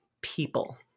people